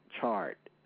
chart